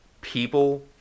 people